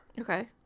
Okay